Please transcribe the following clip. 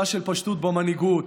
אתה גורם לי לחזור על משפטים.